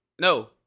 no